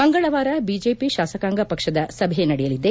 ಮಂಗಳವಾರ ಬಿಜೆಪಿ ಶಾಸಕಾಂಗ ಪಕ್ಷದ ಸಭೆ ನಡೆಯಲಿದೆ